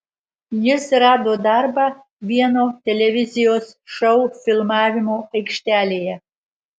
jis rado darbą vieno televizijos šou filmavimo aikštelėje